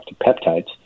peptides